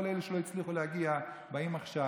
כל אלה שלא הצליחו להגיע באים עכשיו,